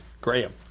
Graham